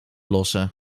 lossen